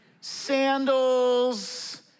sandals